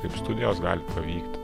kaip studijos gali pavykti